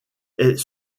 est